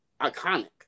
iconic